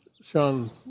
Sean